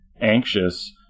anxious